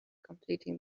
completing